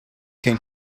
gain